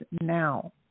now